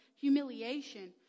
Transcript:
humiliation